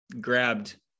grabbed